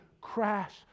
crash